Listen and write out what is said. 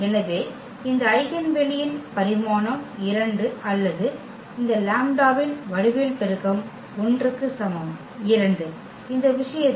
எனவே இந்த ஐகென் வெளியின் பரிமாணம் 2 அல்லது இந்த லாம்ப்டாவின் வடிவியல் பெருக்கம் 1 க்கு சமம் 2 இந்த விஷயத்தில்